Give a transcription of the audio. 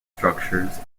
structures